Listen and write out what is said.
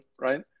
right